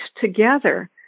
together